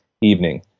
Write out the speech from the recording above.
evening